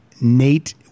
Nate